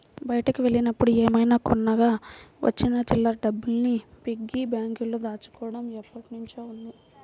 బయటికి వెళ్ళినప్పుడు ఏమైనా కొనగా వచ్చిన చిల్లర డబ్బుల్ని పిగ్గీ బ్యాంకులో దాచుకోడం ఎప్పట్నుంచో ఉంది